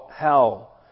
hell